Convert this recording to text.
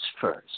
first